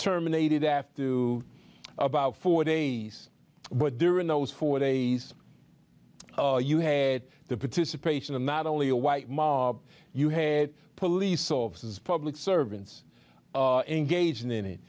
terminated after two about four days but during those four days you had the participation of not only a white mob you had police officers public servants engaged in it